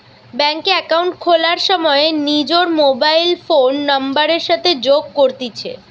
bank এ account খোলার সময় নিজর মোবাইল ফোন নাম্বারের সাথে যোগ করতিছে